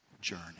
journey